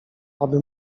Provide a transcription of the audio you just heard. aby